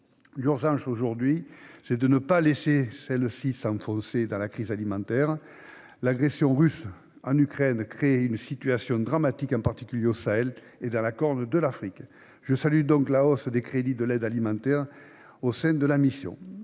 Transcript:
L'urgence, aujourd'hui, c'est de ne pas laisser ces populations s'enfoncer dans la crise alimentaire. L'agression russe en Ukraine a créé une situation dramatique, en particulier au Sahel et dans la Corne de l'Afrique. Je salue donc la hausse des crédits destinés à l'aide alimentaire au sein de cette mission.